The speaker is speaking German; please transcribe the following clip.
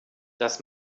das